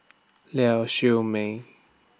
Lau Siew Mei